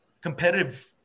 competitive